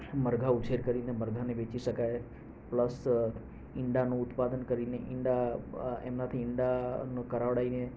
મરઘાં ઉછેર કરીને મરઘાંને વેચી શકાય પ્લસ ઈંડાનું ઉત્પાદન કરીને ઈંડા એમનાથી ઈંડાનો કરાવડાવીને